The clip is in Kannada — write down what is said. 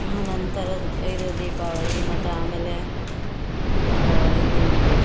ಆ ನಂತರದ ಇದು ದೀಪಾವಳಿ ಮತ್ತೆ ಆಮೇಲೆ ಇದು